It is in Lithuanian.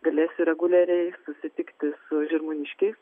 galėsiu reguliariai susitikti su žirmūniškiais